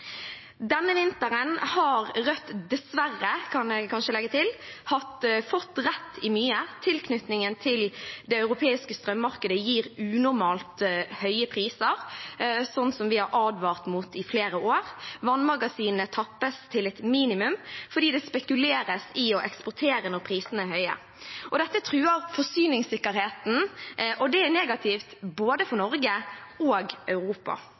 Denne vinteren har Rødt – dessverre, kan jeg kanskje legge til – fått rett i mye. Tilknytningen til det europeiske strømmarkedet gir unormalt høye priser, noe vi har advart om i flere år, og vannmagasinene tappes til et minimum fordi det spekuleres i å eksportere når prisene er høye. Dette truer forsyningssikkerheten, og det er negativt for både Norge og Europa.